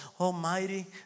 almighty